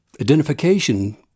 identification